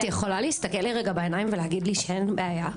את יכולה להסתכל לי רגע בעיניים ולהגיד לי שאין בעיה?